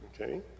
Okay